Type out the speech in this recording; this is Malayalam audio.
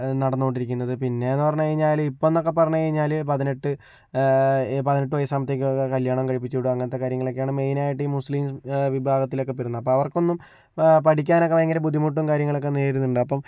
നടന്ന് കൊണ്ടിരിക്കുന്നത് പിന്നെ എന്ന് പറഞ്ഞു കഴിഞ്ഞാല് ഇപ്പോൾ എന്നൊക്കെ പറഞ്ഞു കഴിഞ്ഞാല് പതിനെട്ട് പതിനെട്ട് വയസ് ആകുമ്പോഴത്തേക്കും കല്യാണം കഴിപ്പിച്ച് വിടുക അങ്ങനത്തെ കാര്യങ്ങളൊക്കെ മെയിൻ ആയിട്ട് മുസ്ലിം ഒക്കെ പെടുന്ന അപ്പോൾ അവർക്ക് ഒന്നും പഠിക്കാൻ ഒക്കെ ഭയങ്കര ബുദ്ധിമുട്ടും കാര്യങ്ങളൊക്കെ നേരി അപ്പോൾ